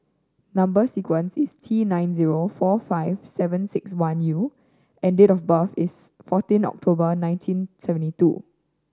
number sequence is T nine zero four five seven six one U and date of birth is fourteen October nineteen seventy two